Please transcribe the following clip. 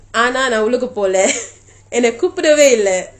ஆனால் நான் உள்ளுக்கே போலே:aanaal naan ulukkei polei என்னே கூப்பிடவே லே:ennei kupidavei lei